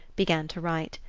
began to write.